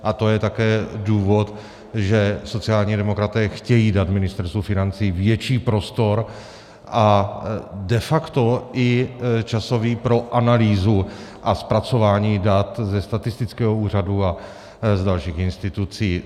A to je také důvod, že sociální demokraté chtějí dát Ministerstvu financí větší prostor a de facto i časový pro analýzu a zpracování dat ze statistického úřadu a dalších institucí.